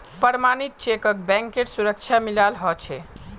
प्रमणित चेकक बैंकेर सुरक्षा मिलाल ह छे